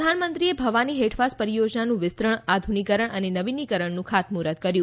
પ્રધાનમંત્રીએ ભવાની હેઠવાસ પરિયોજનાનું વિસ્તરણ આધુનિકીકરણ અને નવીનીકરણનું ખાતમુહૂર્ત કર્યું